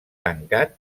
tancat